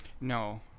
No